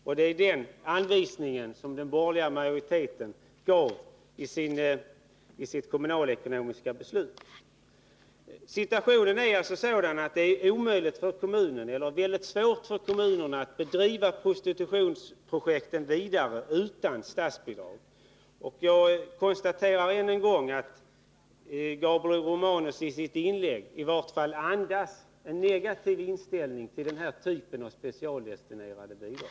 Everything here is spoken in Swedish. Och det var den anvisning som den borgerliga regeringen gav i sitt förslag till beslut om kommunalekonomin, som riksdagen också följde. Situationen är alltså sådan att det är väldigt svårt för kommunerna att utan statsbidrag driva projekten mot prostitution vidare. Jag konstaterar än en gång att Gabriel Romanus sitt inlägg andas en negativ inställning till den här typen av specialdestinerade bidrag.